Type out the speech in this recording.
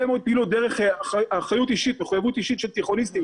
מאוד פעילות דרך מחויבות אישית של תיכוניסטים.